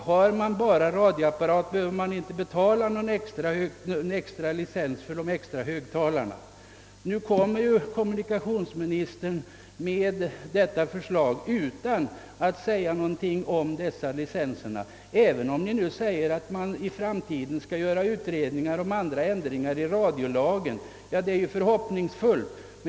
Har man bara radioapparat skulle man inte behöva betala någon särskild licensavgift för de extra högtalarna. Nu presenterar kommunikationsministern förslaget i anledning av radioutredningens betänkande utan att nämna något om denna licensfråga. Herr Palme anför i dag att man i framtiden skall genomföra utredningar om andra ändringar i anslutning till radiolagen, vilket låter förhoppningsfullt.